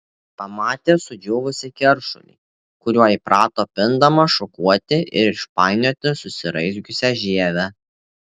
pamatė sudžiūvusį keršulį kuriuo įprato pindama šukuoti ir išpainioti susiraizgiusią žievę